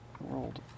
Rolled